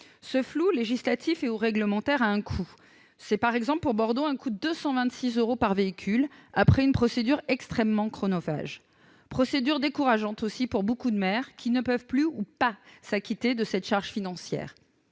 Ce flou législatif et réglementaire a un coût. Ce coût est par exemple, pour Bordeaux, de 226 euros par véhicule, après une procédure extrêmement chronophage. Cette procédure est également décourageante pour beaucoup de maires qui ne peuvent plus ou pas s'acquitter de cette charge financière.